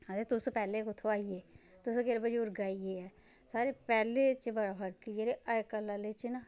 आखदे तुस पैह्लें कुत्थुं आई गे तुस केह्ड़े बजुर्ग आई गे साढ़े पैह्लें आहले च बड़ा फर्क ही जेह्ड़े अज्जकल आहले च न